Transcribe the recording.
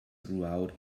throughout